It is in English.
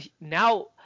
now